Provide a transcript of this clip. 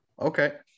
Okay